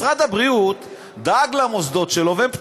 משרד הבריאות דאג למוסדות שלו והם פטורים,